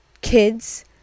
kids